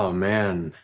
ah man.